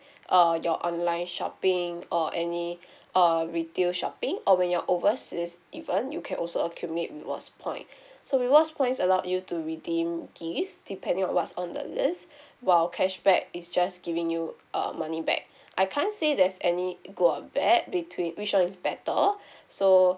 uh your online shopping or any uh retail shopping or when you're overseas you earn you can also accumulate rewards point so rewards points allowed you to redeem gifts depending on what's on the list while cashback is just giving you uh money back I can't say there's any good or bad between which one is better so